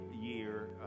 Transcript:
year